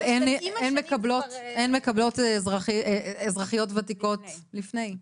אבל הן מקבלות אזרחיות ותיקות לפני.